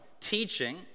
Teaching